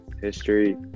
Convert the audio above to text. history